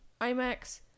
IMAX